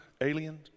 Alien